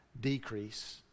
decrease